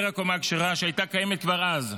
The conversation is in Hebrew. הקומה הכשרה, שהיה קיים כבר אז,